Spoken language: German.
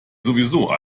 sowieso